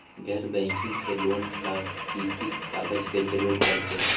गैर बैंकिंग से लोन ला की की कागज के जरूरत पड़तै?